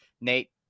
nate